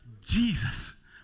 Jesus